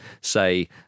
say